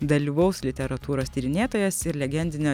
dalyvaus literatūros tyrinėtojas ir legendinio